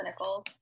clinicals